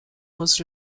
was